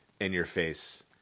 in-your-face